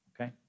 okay